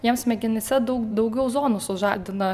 jiem smegenyse daug daugiau zonų sužadina